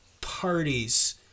parties